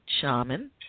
Shaman